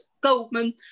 Goldman